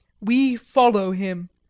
we follow him.